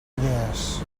idees